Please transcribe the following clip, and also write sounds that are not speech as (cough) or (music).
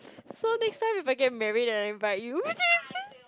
so next time if I get married and I invite you (noise)